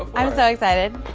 um i'm so excited